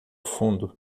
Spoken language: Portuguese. fundo